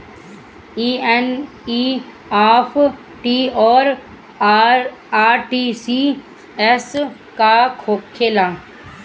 ई एन.ई.एफ.टी और आर.टी.जी.एस का होखे ला?